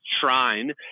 shrine